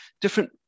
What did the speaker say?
different